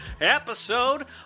episode